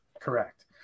Correct